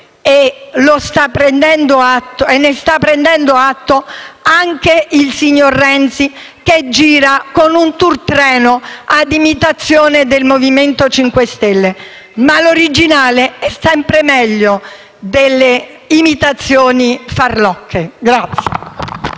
e ne sta prendendo atto anche il signor Renzi, che gira in *tour* con un treno, a imitazione del Movimento 5 Stelle. Ma l'originale è sempre meglio delle imitazioni farlocche.